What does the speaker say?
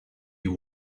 you